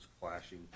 clashing